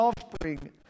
offspring